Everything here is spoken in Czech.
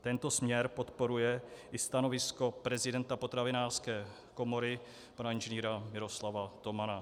Tento směr podporuje i stanovisko prezidenta Potravinářské komory pana Ing. Miroslava Tomana.